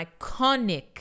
iconic